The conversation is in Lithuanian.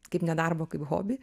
kaip nedarbo kaip hobį